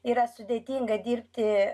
yra sudėtinga dirbti